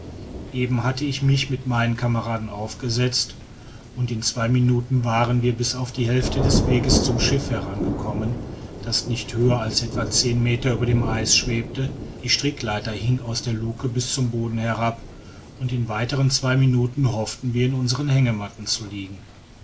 eben hatte ich mich mit meinen kameraden aufgesetzt und in zwei minuten waren wir bis auf die hälfte des weges zum schiff herangekommen das nicht höher als etwa zehn meter über dem eis schwebte die strickleiter hing aus der luke bis zum boden herab und in weiteren zwei minuten hofften wir in unsren hängematten zu liegen